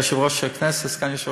סגן יושב-ראש הכנסת,